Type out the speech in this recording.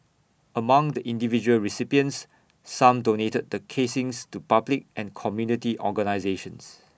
among the individual recipients some donated the casings to public and community organisations